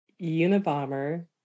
Unabomber